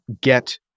get